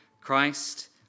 Christ